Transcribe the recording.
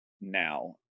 now